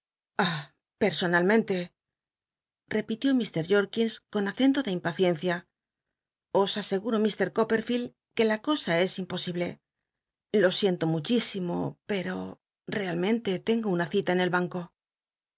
personalmente repitió mr jorkins con acento de impaciencia os aseguro m coppcrfield que ltt cosa es imposible lo siento muchísimo pcro tealmcntc tengo una cita en el llaneo